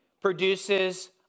produces